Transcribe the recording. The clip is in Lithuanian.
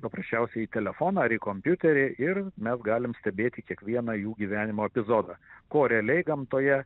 paprasčiausiai į telefoną ar į kompiuterį ir mes galim stebėti kiekvieną jų gyvenimo epizodą ko realiai gamtoje